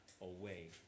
away